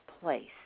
place